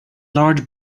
large